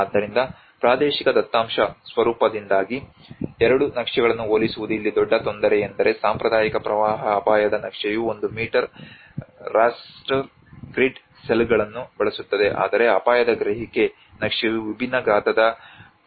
ಆದ್ದರಿಂದ ಪ್ರಾದೇಶಿಕ ದತ್ತಾಂಶ ಸ್ವರೂಪದಿಂದಾಗಿ ಎರಡು ನಕ್ಷೆಗಳನ್ನು ಹೋಲಿಸುವುದು ಇಲ್ಲಿ ದೊಡ್ಡ ತೊಂದರೆ ಎಂದರೆ ಸಾಂಪ್ರದಾಯಿಕ ಪ್ರವಾಹ ಅಪಾಯದ ನಕ್ಷೆಯು ಒಂದು ಮೀಟರ್ ರಾಸ್ಟರ್ ಗ್ರಿಡ್ ಸೆಲ್ಗಳನ್ನು ಬಳಸುತ್ತದೆ ಆದರೆ ಅಪಾಯದ ಗ್ರಹಿಕೆ ನಕ್ಷೆಯು ವಿಭಿನ್ನ ಗಾತ್ರದ ಪಾಲಿಗಾನ್ಸ್ ಅನ್ನು ಆಧರಿಸಿದೆ